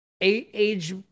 age